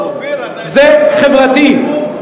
זה חברתי.